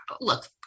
look